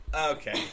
Okay